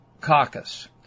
caucus